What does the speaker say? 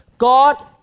God